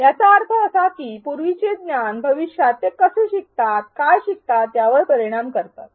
याचा अर्थ असा की पूर्वीचे ज्ञान भविष्यात ते कसे शिकतात काय शिकतात यावर परिणाम करतात